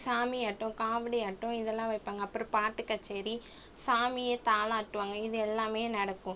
சாமியாட்டம் காவடியாட்டம் இதெல்லாம் வைப்பாங்க அப்புறம் பாட்டு கச்சேரி சாமியை தாலாட்டுவாங்க இது எல்லாமே நடக்கும்